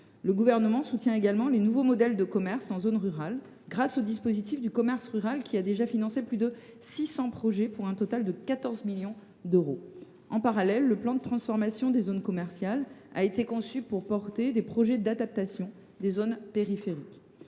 Le Gouvernement soutient également les nouveaux modèles de commerce en zone rurale. Grâce au dispositif national de soutien au commerce rural, il a déjà financé plus de 600 projets pour un total de 14 millions d’euros. En parallèle, le plan de transformation des zones commerciales a été conçu pour porter des projets d’adaptation des zones périphériques.